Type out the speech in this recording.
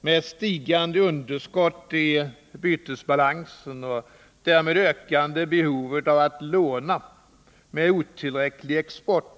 med starkt underskott i bytesbalansen och därmed ökande behov av att låna, med otillräcklig export.